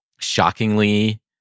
shockingly